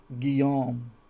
Guillaume